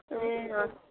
ए अँ